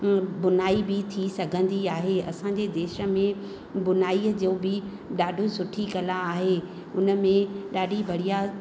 उ बुनाई बि थी सघंदी आहे असांजे देश में बुनाई जो बि ॾाढो सुठी कला आहे उनमें ॾाढी बढ़िया